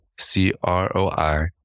CROI